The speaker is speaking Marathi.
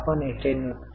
आपण येथे पाहू शकता